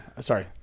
sorry